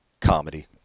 comedy